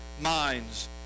minds